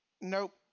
Nope